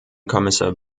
kommissar